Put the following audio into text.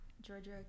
Georgia